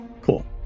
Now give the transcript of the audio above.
Cool